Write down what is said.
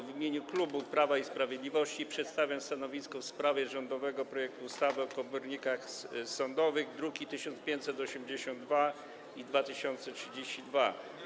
W imieniu klubu Prawa i Sprawiedliwości przedstawiam stanowisko w sprawie rządowego projektu ustawy o komornikach sądowych, druki nr 1582 i 2032.